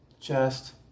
chest